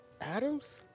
Adams